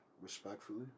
Respectfully